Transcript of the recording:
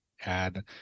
add